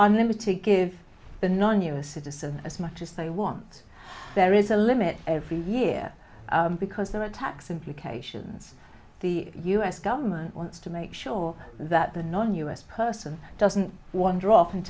unlimited give the non u a citizen as much as they want there is a limit every year because there are tax implications the us government wants to make sure that the non us person doesn't wander off and